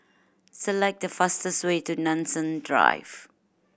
select the fastest way to Nanson Drive